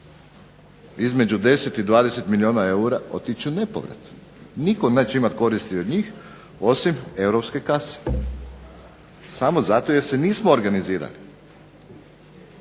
između 10 i 20 milijuna eura otići u nepovrat. Nitko neće imati koristi od njih osim europske kase, samo zato jer se nismo organizirali.